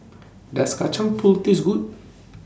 Does Kacang Pool Taste Good